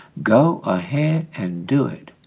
go ahead and do it.